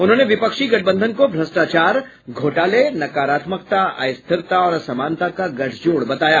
उन्होंने विपक्षी गठबंधन को भ्रष्टाचार घोटाले नकारात्मकता अस्थिरता और असमानता का गठजोड़ बताया